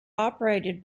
operated